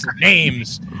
Names